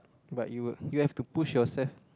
but you you have to push yourself